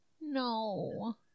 No